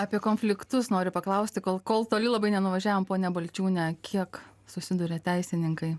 apie konfliktus noriu paklausti kol kol toli labai nenuvažiavom ponia balčiūne kiek susiduria teisininkai